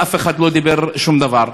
ואף אחד לא אמר שום דבר.